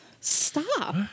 Stop